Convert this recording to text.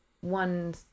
one